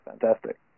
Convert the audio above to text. Fantastic